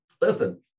Listen